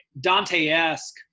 Dante-esque